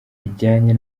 rijyanye